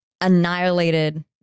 annihilated